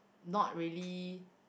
not really